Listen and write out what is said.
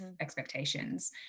expectations